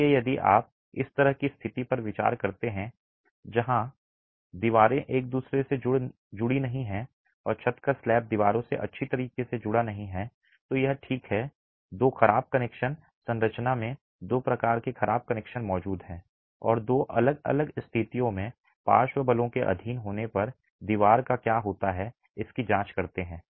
इसलिए यदि आप इस तरह की स्थिति पर विचार करते हैं जहां दीवारें एक दूसरे से जुड़ी नहीं हैं और छत का स्लैब दीवारों से अच्छी तरह से जुड़ा नहीं है तो ठीक है दो खराब कनेक्शन संरचना में दो प्रकार के खराब कनेक्शन मौजूद हैं और दो अलग अलग स्थितियों में पार्श्व बलों के अधीन होने पर दीवार का क्या होता है इसकी जांच करते हैं